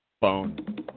phone